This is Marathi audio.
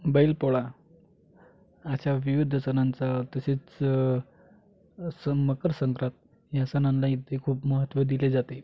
बैलपोळा अशा विविध सणांचा तसेच सं मकरसंक्रांत ह्या सणांना इथे खूप महत्त्व दिले जाते